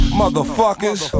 motherfuckers